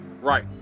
right